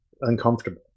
uncomfortable